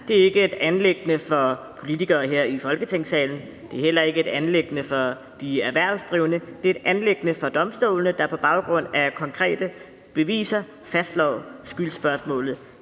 ej, er ikke et anliggende for politikere her i Folketingssalen, det er heller ikke et anliggende for de erhvervsdrivende. Det er et anliggende for domstolene, der på baggrund af konkrete beviser fastslår skyldsspørgsmålet.